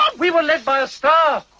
um we were led by a star!